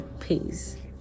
Peace